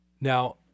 Now